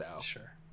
Sure